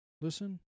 listen